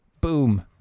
Boom